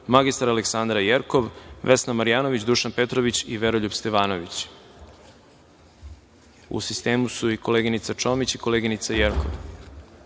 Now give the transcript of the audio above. mr Aleksandra Jerkov, Vesna Marjanović, Dušan Petrović i Veroljub Stevanović.U sistemu su i koleginica Čomić i koleginica Jerkov. Reč